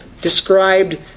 described